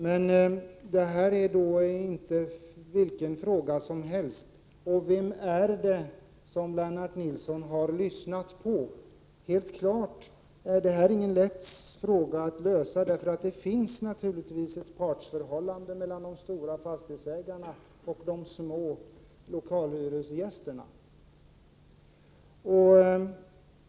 Men detta är inte vilken fråga som helst. Vem är det Lennart Nilsson har lyssnat på? Detta är inget lätt problem att lösa, eftersom det naturligtvis finns ett partsförhållande mellan de stora fastighetsägarna och de små lokalhyresgästerna.